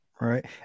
right